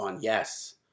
yes